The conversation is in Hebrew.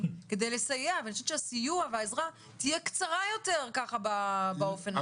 כדי לסייע ואני חושבת שהסיוע והעזרה יהיו קצרים יותר ככה באופן הזה.